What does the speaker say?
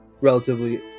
relatively